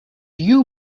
you